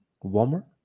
warmer